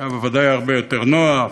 היה ודאי הרבה יותר נוח,